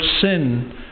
sin